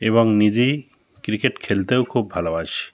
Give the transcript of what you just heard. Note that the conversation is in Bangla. এবং নিজেই ক্রিকেট খেলতেও খুব ভালোবাসি